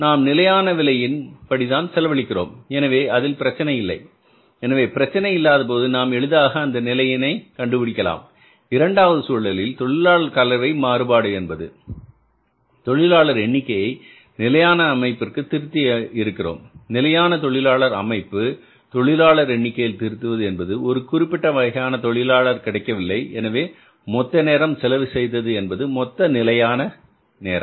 நாம் நிலையான விலையின் படிதான் செலவழிக்கிறோம் எனவே இதில் பிரச்சனை இல்லை எனவே பிரச்சனை இல்லாத போது நாம் எளிதாக அந்த நிலையினை கண்டுபிடிக்கலாம் இரண்டாவது சூழலில் தொழிலாளர் கலவை மாறுபாடு என்பது தொழிலாளர் எண்ணிக்கையை நிலையான அமைப்பிற்கு திருத்தி இருக்கிறோம் நிலையான தொழிலாளர் அமைப்பு தொழிலாளர் எண்ணிக்கையில் திருத்துவது என்பது ஒரு குறிப்பிட்ட வகையான தொழிலாளர் கிடைக்கவில்லை எனவே மொத்த நேரம் செலவு செய்தது என்பது மொத்த நிலையான நேரம்